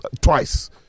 twice